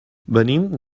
venim